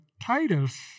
Titus